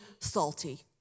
salty